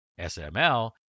SML